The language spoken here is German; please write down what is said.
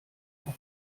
noch